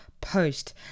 post